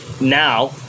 now